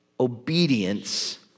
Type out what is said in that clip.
obedience